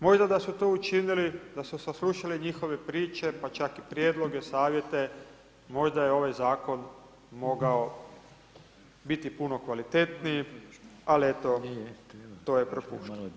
Možda da su to učinili da su saslušali njihove priče, pa čak i prijedloge, savjete možda je ovaj zakon mogao biti puno kvalitetniji, al eto to je propušteno.